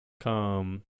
come